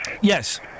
Yes